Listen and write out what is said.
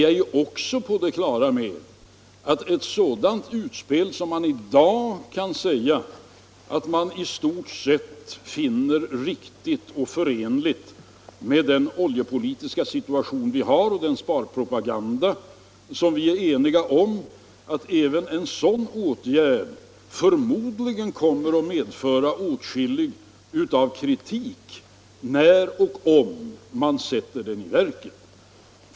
Vi är också på det klara med att ett sådant utspel, som i dag i stort sett kan befinnas vara riktigt och förenligt med den oljepolitiska situationen och den sparpropaganda vi är eniga om, förmodligen kommer att medföra åtskillig kritik när och om man sätter planerna i verket.